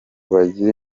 bagire